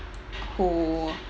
who